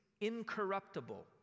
incorruptible